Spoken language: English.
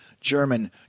German